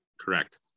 correct